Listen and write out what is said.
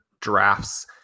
drafts